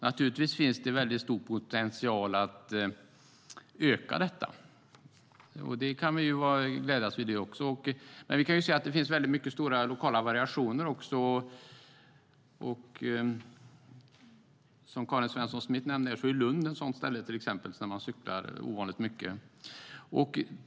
Naturligtvis finns det stor potential att öka detta. Det kan vi också glädjas åt. Men det finns stora lokala variationer. Som Karin Svensson Smith nämnde är Lund ett ställe där man cyklar ovanligt mycket.